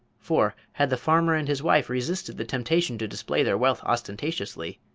for, had the farmer and his wife resisted the temptation to display their wealth ostentatiously,